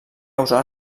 usar